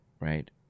Right